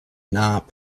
not